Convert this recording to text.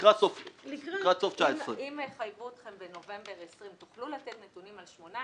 לקראת סוף 19. אם יחייבו אתכם בנובמבר 20 תוכלו לתת נתונים על 18,